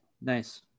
nice